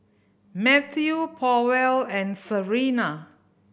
Matthew Powell and Sarina